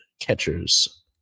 catcher's